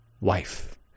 wife